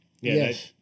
Yes